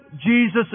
Jesus